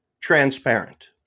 transparent